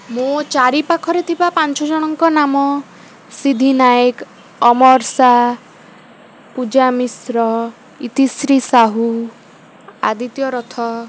ମୋ ଚାରିପାଖରେ ଥିବା ପାଞ୍ଚ ଜଣଙ୍କ ନାମ ସିଦ୍ଧି ନାୟକ ଅମର ସା ପୂଜା ମିଶ୍ର ଇତିଶ୍ରୀ ସାହୁ ଆଦିତ୍ୟ ରଥ